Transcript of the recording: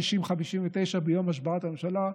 לא משנה שפה היו 59:60 ביום השבעת הממשלה,